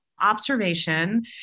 observation